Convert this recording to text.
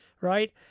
Right